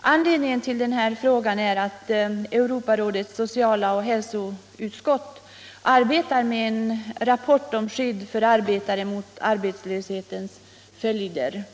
Anledningen till min fråga är att Europarådets socialoch hälsoutskott arbetar med en rapport om skydd för arbetare mot arbetslöshetens följder.